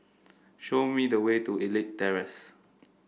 show me the way to Elite Terrace